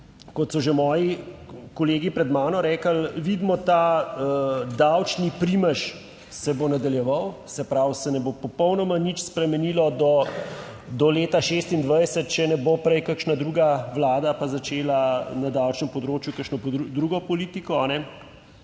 kot so že moji kolegi pred mano rekli, vidimo, ta davčni primež se bo nadaljeval. Se pravi, se ne bo popolnoma nič spremenilo do leta 2026, če ne bo prej kakšna druga vlada pa začela na davčnem področju kakšno drugo politiko,